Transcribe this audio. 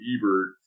Ebert